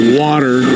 water